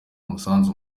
umusanzu